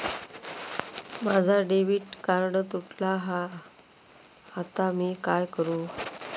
माझा debit card तुटला हा आता मी काय करू?